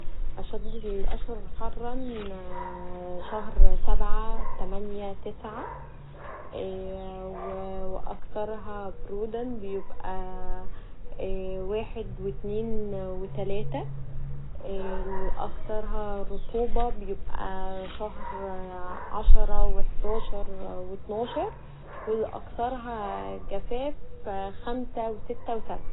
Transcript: اشد الأشهر حرا شهر سبعه و تمانيه و تسعه و اكثرها بروده بيبقي واحد و اتنين و تلاته و اكثرها رطوبه بيبقي شهر عشره وحداشر و اتناشر و اكثرها جفاف خمسه و سته و سبعه.